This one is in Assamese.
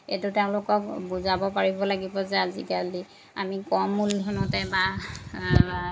এইটো তেওঁলোকক বুজাব পাৰিব লাগিব যে আজিকালি আমি কম মূলধনতে বা